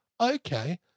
okay